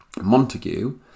Montague